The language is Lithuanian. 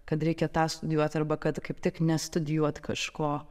kad reikia tą studijuot arba kad kaip tik nestudijuot kažko